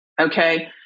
okay